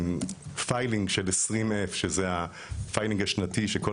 בפיילינג של F20 שזה הפיילינג השנתי שכל